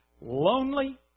lonely